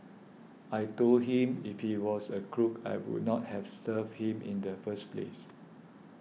I told him if he was a crook I would not have served him in the first place